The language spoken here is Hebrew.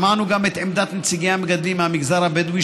שמענו גם את עמדת נציגי המגדלים מהמגזר הבדואי,